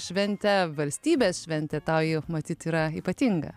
šventė valstybės šventė tau ji matyt yra ypatinga